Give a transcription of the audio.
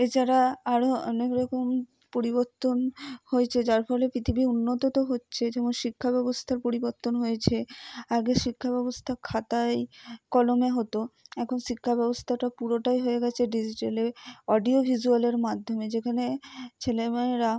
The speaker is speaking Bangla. এছাড়া আরও অনেক রকম পরিবর্তন হয়েছে যার ফলে পৃথিবী উন্নত তো হচ্ছে যেমন শিক্ষা ব্যবস্থা পরিবর্তন হয়েছে আগের শিক্ষাব্যবস্থা খাতায় কলমে হতো এখন শিক্ষাব্যবস্থাটা পুরোটাই হয়ে গেছে ডিজিটালে অডিও ভিজুয়ালের মাধ্যমে যেখানে ছেলেমেয়েরা